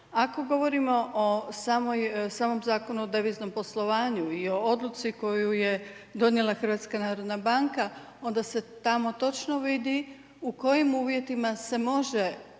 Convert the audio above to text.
Ako govorimo o samom Zakonu o deviznom poslovanju i odluci koju je donijela HNB, onda se tamo točno vidi u kojim uvjetima se može